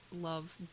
love